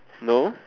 no